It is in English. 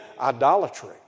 idolatry